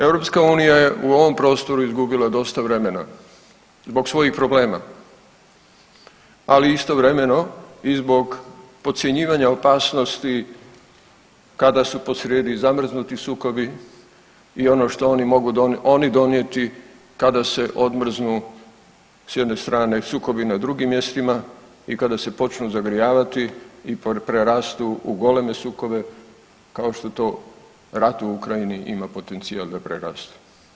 EU je u ovom prostoru izgubila dosta vremena zbog svojih problema, ali istovremeno i zbog podcjenjivanja opasnosti kada su posrijedi zamrznuti sukobi i ono što oni mogu .../nerazumljivo/... oni donijeti kada se odmrznu s jedne strane, sukobi na drugim mjestima i kada se počnu zagrijavati i prerastu u goleme sukobe, kao što je to rat u Ukrajini, ima potencijal da preraste.